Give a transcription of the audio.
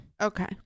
Okay